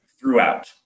throughout